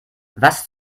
was